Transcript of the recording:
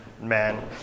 man